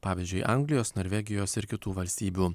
pavyzdžiui anglijos norvegijos ir kitų valstybių